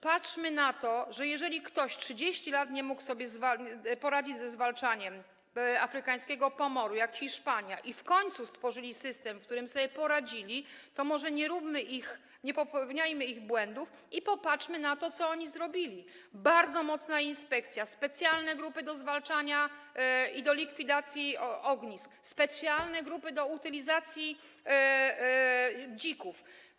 Patrzmy na to: Jeżeli ktoś przez 30 lat nie mógł sobie poradzić ze zwalczaniem afrykańskiego pomoru, jak Hiszpania, i w końcu oni stworzyli system, w którym sobie poradzili, to może nie popełniajmy ich błędów i popatrzmy na to, co oni zrobili - bardzo mocna inspekcja, specjalne grupy do zwalczania i do likwidacji ognisk, specjalne grupy do utylizacji dzików.